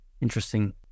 Interesting